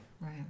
Right